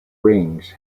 rings